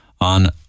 on